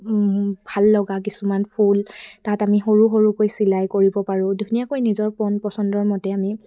ভাল লগা কিছুমান ফুল তাত আমি সৰু সৰুকৈ চিলাই কৰিব পাৰোঁ ধুনীয়াকৈ নিজৰ মন পচন্দৰ মতে আমি